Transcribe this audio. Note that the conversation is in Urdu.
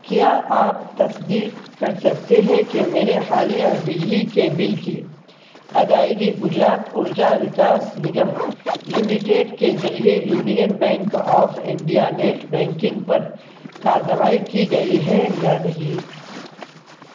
کیا آپ تصدیق کر سکتے ہیں کہ میرے حالیہ بجلی کے بل کی ادائیگی گجرات ارجا وکاس نگم لمیٹڈ کے ذریعے Union Bank of India net banking پر کاروائی کی گئی ہے یا نہیں